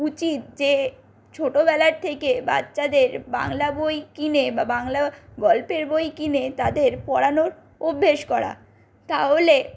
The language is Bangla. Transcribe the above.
উচিৎ যে ছোটবেলার থেকে বাচ্চাদের বাংলা বই কিনে বা বাংলা গল্পের বই কিনে তাদের পড়ানো অভ্যেস করা তাহলে